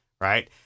Right